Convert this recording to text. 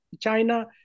China